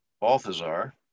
Balthazar